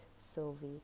sylvie